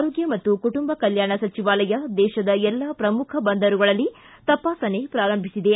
ಆರೋಗ್ಯ ಮತ್ತು ಕುಟುಂಬ ಕಲ್ಯಾಣಸಚಿವಾಲಯ ದೇಶದ ಎಲ್ಲಾ ಪ್ರಮುಖ ಬಂದರುಗಳಲ್ಲಿ ತಪಾಸಣೆ ಪ್ರಾರಂಭಿಸಿದೆ